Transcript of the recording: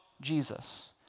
Jesus